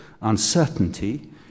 uncertainty